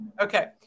Okay